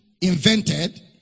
invented